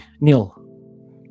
Neil